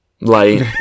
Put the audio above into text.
Light